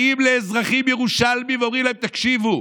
באים לאזרחים ירושלמים ואומרים להם: תקשיבו,